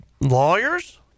lawyers